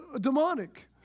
demonic